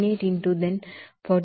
98 into 42